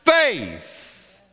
faith